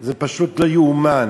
זה פשוט לא ייאמן.